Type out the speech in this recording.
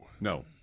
No